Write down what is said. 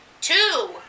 two